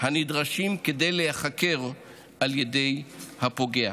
הנדרשים כדי להיחקר על ידי הפוגע.